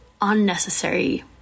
unnecessary